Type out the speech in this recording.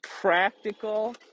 practical